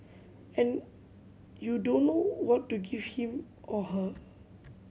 and you don't know what to give him or her